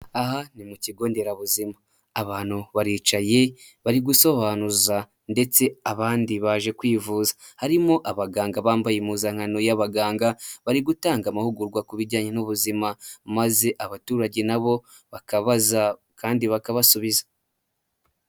Aha ni mu kigo nderabuzima, abantu baricaye bari gusobanuza ndetse abandi baje kwivuza, harimo abaganga bambaye impuzankano y'abaganga, bari gutanga amahugurwa ku bijyanye n'ubuzima, maze abaturage nabo bakabaza kandi bakabasubiza.